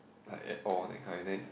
like at all that kind then